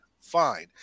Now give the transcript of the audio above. fine